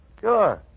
Sure